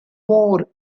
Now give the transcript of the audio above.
more